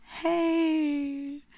hey